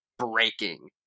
breaking